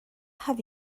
have